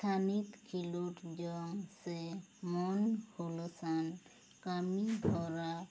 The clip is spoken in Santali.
ᱛᱷᱟᱱᱤᱛ ᱠᱷᱤᱞᱳᱰ ᱡᱚᱱ ᱥᱮ ᱢᱚᱱ ᱦᱚᱞᱚᱥᱟᱱ ᱠᱟᱹᱢᱤ ᱦᱚᱨᱟ